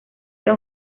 era